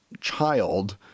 child